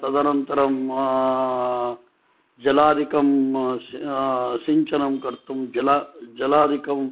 तदनन्तरं जलादिकं सिञ्चनं कर्तुं जलादिकं